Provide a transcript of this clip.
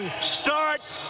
start